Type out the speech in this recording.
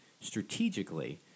strategically